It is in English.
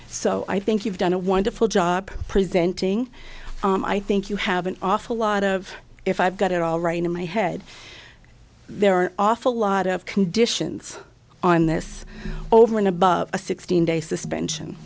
so i think you've done a wonderful job presenting i think you have an awful lot of if i've got it all right in my head there are an awful lot of conditions on this over and above a sixteen day suspension